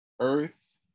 Earth